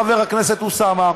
חבר הכנסת אוסאמה,